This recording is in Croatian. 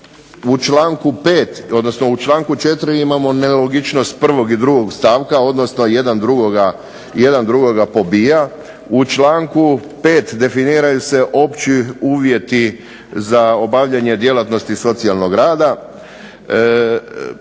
sigurnosti građana. U članku 4. imamo nelogičnost prvog i drugog stavka, odnosno jedan drugoga pobija. U članku 5. definiraju se opći uvjeti za obavljanje djelatnosti socijalnog rada.